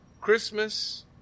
Christmas